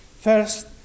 First